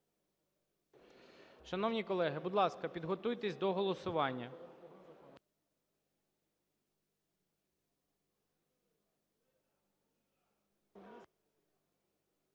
Шановні колеги, будь ласка, підготуйтесь до голосування.